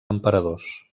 emperadors